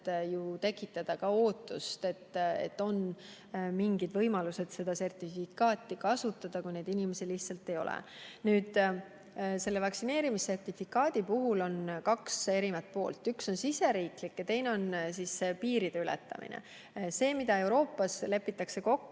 tekitada ka ootust, et on mingid võimalused seda sertifikaati kasutada, kui neid inimesi lihtsalt ei ole. Nüüd, selle vaktsineerimissertifikaadi puhul on kaks poolt: üks on riigisisene ja teine on piiriülene. See, milles Euroopas lepitakse kokku,